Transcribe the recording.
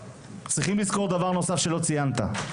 צריכים לזכור דבר נוסף שלא ציינת.